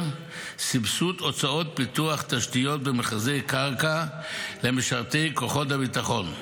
סבסוד הוצאות פיתוח תשתיות במכרזי קרקע למשרתי כוחות הביטחון,